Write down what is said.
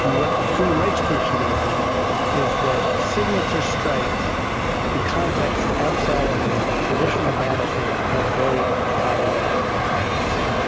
and what human rights groups would argue is that signature strikes in context outside of a traditional battlefield are a very problematic practice.